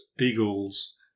eagles